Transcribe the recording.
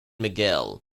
miguel